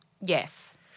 Yes